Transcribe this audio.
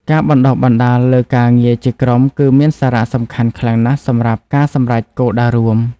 ការបណ្តុះបណ្តាលលើការងារជាក្រុមគឺមានសារៈសំខាន់ខ្លាំងណាស់សម្រាប់ការសម្រេចគោលដៅរួម។